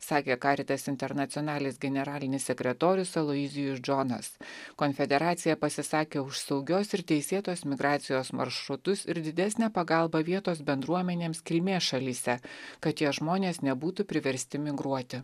sakė karitas internacionalinis generalinis sekretorius aloizijus džonas konfederacija pasisakė už saugios ir teisėtos migracijos maršrutus ir didesnę pagalbą vietos bendruomenėms kilmės šalyse kad tie žmonės nebūtų priversti migruoti